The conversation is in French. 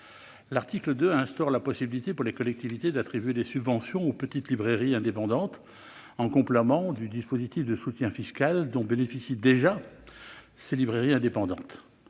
L'article 2 vise à instaurer la possibilité pour les collectivités d'attribuer des subventions aux petites librairies indépendantes, en complément du dispositif de soutien fiscal dont elles bénéficient déjà. Cette mesure est attendue